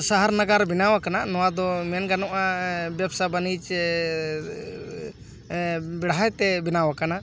ᱥᱟᱦᱟᱨ ᱱᱟᱜᱟᱨ ᱵᱮᱱᱟᱣ ᱠᱟᱱᱟ ᱱᱚᱣᱟ ᱫᱚ ᱢᱮᱱ ᱜᱟᱱᱚᱜᱼᱟ ᱵᱮᱵᱽᱥᱟ ᱵᱟᱱᱤᱡᱽ ᱥᱮ ᱵᱮᱲᱦᱟᱭ ᱛᱮ ᱵᱮᱱᱟᱣ ᱠᱟᱱᱟ